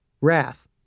wrath